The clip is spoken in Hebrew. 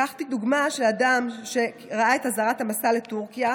לקחתי דוגמה של אדם שראה את אזהרת המסע לטורקיה,